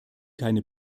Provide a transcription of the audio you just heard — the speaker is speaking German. keine